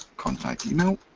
contact email.